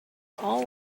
all